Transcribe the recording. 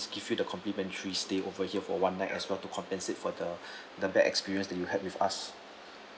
give you the complementary stay over here for one night as well to compensate for the the bad experience that you had with us